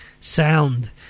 sound